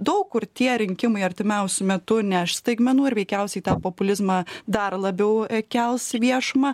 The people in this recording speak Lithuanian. daug kur tie rinkimai artimiausiu metu neš staigmenų ir veikiausiai tą populizmą dar labiau kels į viešumą